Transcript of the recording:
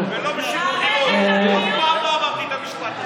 אתה בעד?